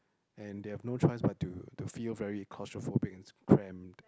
and they have no choice but to to feel very claustrophobic and cramp